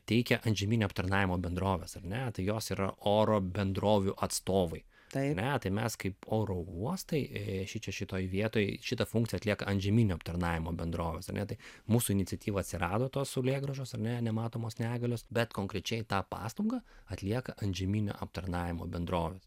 teikia antžeminio aptarnavimo bendroves ar ne tai jos yra oro bendrovių atstovai ar ne tai mes kaip oro uostai šičia šitoj vietoj šitą funkciją atlieka antžeminio aptarnavimo bendroves ar ne tai mūsų iniciatyva atsirado tos saulėgrąžos ar ne nematomos negalios bet konkrečiai tą paslaugą atlieka antžeminio aptarnavimo bendrovės